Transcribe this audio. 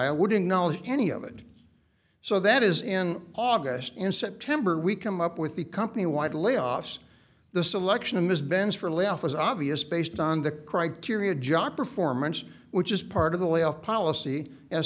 file wouldn't knowledge any of it so that is in august in september we come up with the company wide layoffs the selection of ms benz for layoff was obvious based on the criteria jop performance which is part of the layoff policy as